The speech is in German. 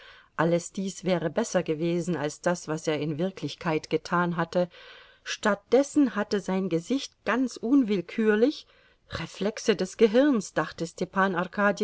alles dies wäre besser gewesen als das was er in wirklichkeit getan hatte statt dessen hatte sein gesicht ganz unwillkürlich reflexe des gehirns dachte stepan